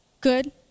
Good